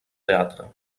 teatre